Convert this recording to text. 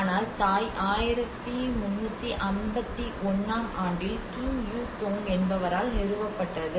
ஆனால் தாய் 1351 ஆம் ஆண்டில் கிங் யு தோங் என்பவரால் நிறுவப்பட்டது